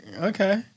okay